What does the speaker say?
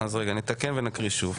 נתקן ונקריא שוב.